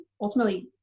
ultimately